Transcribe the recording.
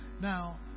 now